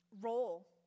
role